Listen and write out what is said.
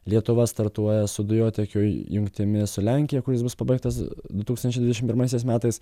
lietuva startuoja su dujotiekio jungtimis su lenkija kuris bus pabaigtas du tūkstančiai dvidešimt pirmaisiais metais